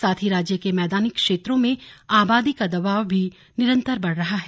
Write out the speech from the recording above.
साथ ही राज्य के मैदानी क्षेत्रों में आबादी का दबाव भी निरन्तर बढ़ रहा है